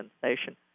Sensation